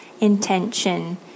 intention